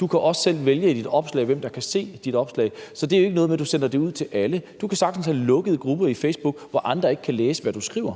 Du kan også selv vælge i dit opslag, hvem der kan se dit opslag. Så det er jo ikke noget med, at du sender det ud til alle. Du kan sagtens have lukkede grupper på Facebook, hvor andre ikke kan læse, hvad du skriver.